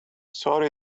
sorry